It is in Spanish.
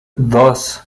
dos